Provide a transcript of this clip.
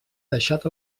deixat